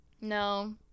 No